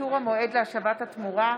קיצור המועד להשבת התמורה),